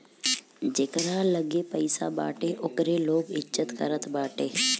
जेकरा लगे पईसा बाटे ओकरे लोग इज्जत करत बाटे